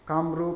Kamrup